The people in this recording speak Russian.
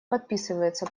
подписывается